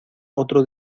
otro